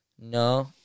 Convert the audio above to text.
No